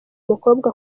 umukobwa